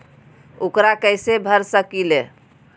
ऊकरा कैसे भर सकीले?